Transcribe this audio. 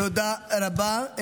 תודה רבה.